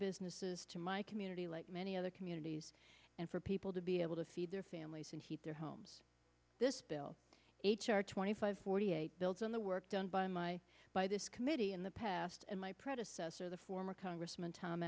businesses to my community like many other communities and for people to be able to feed their families and heat their homes this bill h r twenty five forty eight builds on the work done by my by this committee in the past and my predecessor the former congressman tom